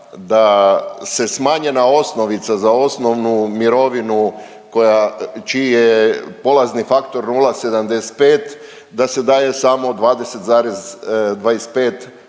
da se smanjena osnovica za osnovnu mirovinu čiji je polazni faktor 0,75 da se daje samo 20,25%